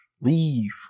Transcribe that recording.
Leave